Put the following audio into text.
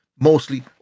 mostly